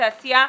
תעשייה,